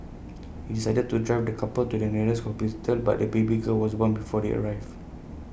he decided to drive the couple to the nearest but the baby girl was born before they arrived